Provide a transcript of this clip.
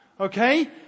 okay